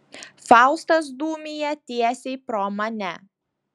faustas dūmija tiesiai pro mane